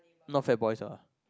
not FatBoys ah